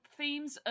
themes